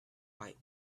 bike